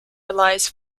relies